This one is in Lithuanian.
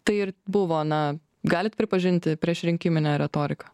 tai ir buvo na galit pripažinti priešrinkiminė retorika